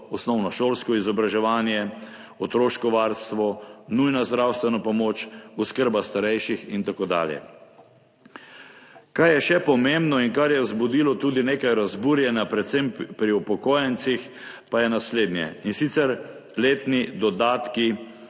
osnovnošolsko izobraževanje, otroško varstvo, nujna zdravstvena pomoč, oskrba starejših in tako dalje. Kar je še pomembno in kar je vzbudilo tudi nekaj razburjenja predvsem pri upokojencih, pa je naslednje, in sicer letni dodatki